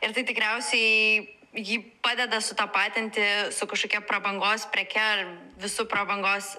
ir tai tikriausiai jį padeda sutapatinti su kažkokia prabangos preke visu prabangos